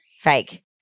Fake